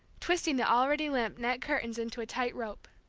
twisting the already limp net curtains into a tight rope.